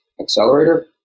accelerator